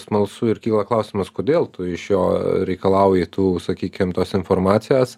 smalsu ir kyla klausimas kodėl tu iš jo reikalauji tų sakykim tos informacijos